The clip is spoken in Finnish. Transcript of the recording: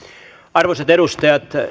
arvoisat edustajat